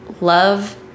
love